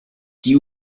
die